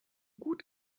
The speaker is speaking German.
gut